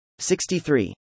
63